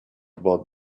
about